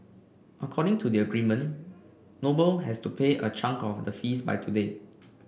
according to the agreement Noble has to pay a chunk of the fees by today